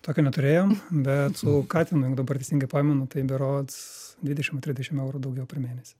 tokio neturėjom bet su katinu jeigu dabar teisingai pamenu tai berods dvidešim ar trisdešim eurų daugiau per mėnesį